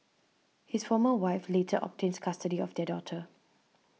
his former wife later obtained custody of their daughter